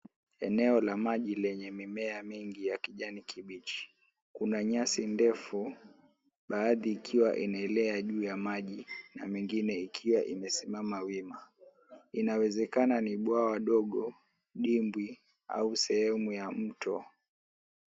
Eneo la maji lenye mimea mingi ya kijani kibichi. Kuna nyasi ndefu, baadhi ikiwa inaelea juu ya maji na mengine ikiwa imesimama wima. Inawezekana ni bwawa dogo, dimbwi au sehemu ya mto.